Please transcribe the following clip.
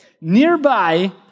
nearby